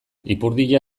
ipurdia